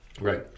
right